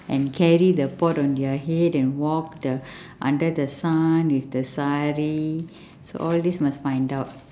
and carry the pot on their head and walk the under the sun with the sari so all these must find out